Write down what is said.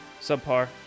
subpar